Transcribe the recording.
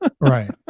Right